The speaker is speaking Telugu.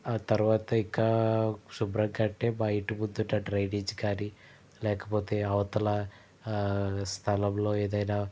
తరువాత ఇక శుభ్రంగా అంటే మా ఇంటి ముందు ఉన్న డ్రైనేజ్ కానీ లేకపోతే అవతల స్థలంలో ఏదైనా